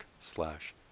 slash